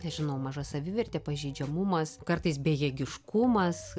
nežinau maža savivertė pažeidžiamumas kartais bejėgiškumas